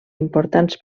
importants